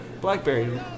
blackberry